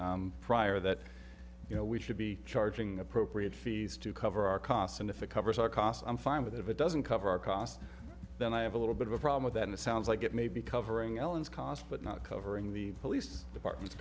committee prior that you know we should be charging appropriate fees to cover our costs and if it covers our cost i'm fine with it if it doesn't cover our cost then i have a little bit of a problem with that it sounds like it may be covering elin's cost but not covering the police department